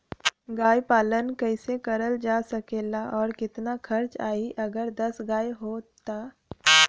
गाय पालन कइसे करल जा सकेला और कितना खर्च आई अगर दस गाय हो त?